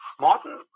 Martin